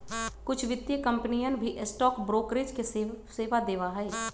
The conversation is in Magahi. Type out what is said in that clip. कुछ वित्तीय कंपनियन भी स्टॉक ब्रोकरेज के सेवा देवा हई